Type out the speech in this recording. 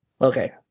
Okay